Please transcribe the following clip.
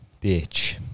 ditch